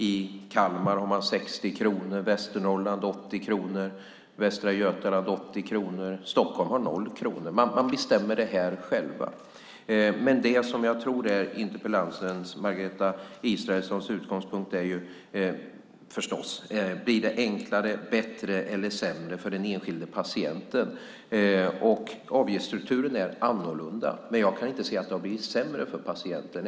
I Kalmar har man 60 kronor, i Västernorrland 80 kronor och i Västra Götaland 80 kronor. I Stockholm har man 0 kronor. Man bestämmer det själv. Det som jag tror är interpellanten Margareta Israelssons utgångspunkt är: Blir det enklare, bättre eller sämre för den enskilde patienten? Avgiftsstrukturen är annorlunda, men jag kan inte se att det har blivit sämre för patienten.